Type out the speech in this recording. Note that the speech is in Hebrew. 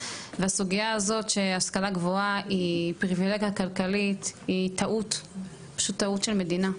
והסוגיה שהשכלה גבוהה היא פריווילגיה כלכלית היא טעות של מדינה,